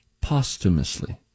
posthumously